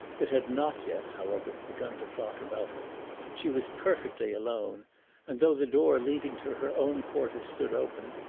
it had not yet, however, begun to flock about her she was perfectly alone and, though the door leading to her own quarters stood open,